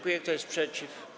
Kto jest przeciw?